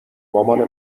مامان